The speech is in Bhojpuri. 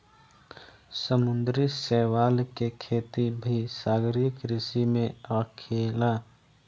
समुंद्री शैवाल के खेती भी सागरीय कृषि में आखेला